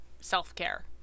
self-care